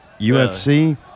UFC